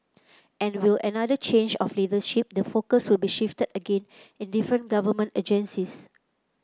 and will another change of leadership the focus will be shifted again in different government agencies